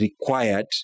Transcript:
required